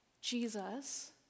Jesus